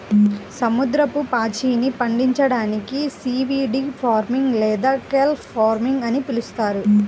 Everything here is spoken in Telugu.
సముద్రపు పాచిని పండించడాన్ని సీవీడ్ ఫార్మింగ్ లేదా కెల్ప్ ఫార్మింగ్ అని పిలుస్తారు